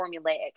formulaic